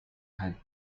had